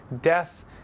Death